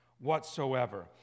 whatsoever